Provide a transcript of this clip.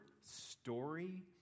story